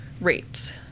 rate